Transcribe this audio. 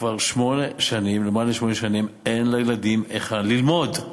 כבר למעלה משמונה שנים אין לילדים היכן ללמוד,